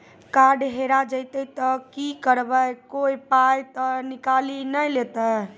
Card हेरा जइतै तऽ की करवै, कोय पाय तऽ निकालि नै लेतै?